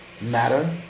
matter